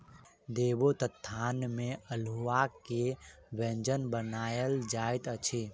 देवोत्थान में अल्हुआ के व्यंजन बनायल जाइत अछि